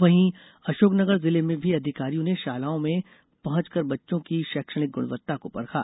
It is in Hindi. वहीं अशोकनगर जिले में भी अधिकारियों ने शालाओं में पहुंचकर बच्चों की शैक्षणिक गुणवत्ता को परखा